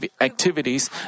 activities